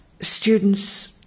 Students